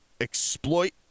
exploit